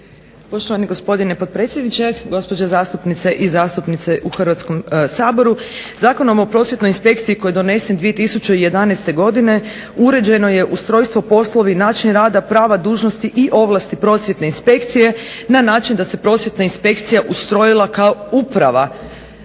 Poštovani gospodine potpredsjedniče, gospođe zastupnice i zastupnici u Hrvatskom saboru. Zakonom o prosvjetnoj inspekciji koji je donesen 2011. godine uređeno je ustrojstvo, poslovi, način rada, prava, dužnosti i ovlasti Prosvjetne inspekcije na način da se Prosvjetna inspekcija ustrojila kao Uprava